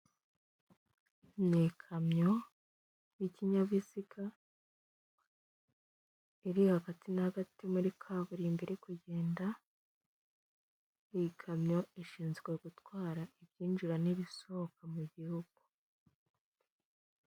Imodoka ya rukururana y'umweru iri mu muhanda wa kaburimbo. Hirya y'umuhanda irimo hari ibiti.